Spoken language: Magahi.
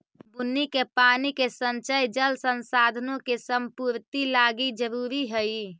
बुन्नी के पानी के संचय जल संसाधनों के संपूर्ति लागी जरूरी हई